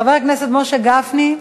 חבר הכנסת משה גפני,